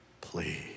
Please